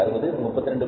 60 32